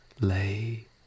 lay